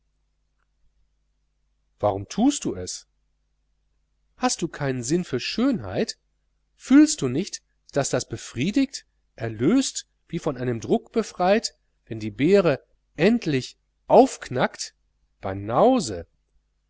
warum tust du es hast du keinen sinn für schönheit fühlst du nicht daß das befriedigt erlöst wie von einem druck befreit wenn die beere endlich aufknackt banause